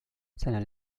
seine